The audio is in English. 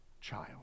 child